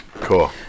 Cool